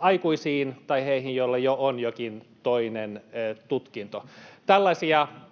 aikuisiin tai heihin, joilla jo on jokin toinen tutkinto.